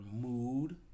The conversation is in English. mood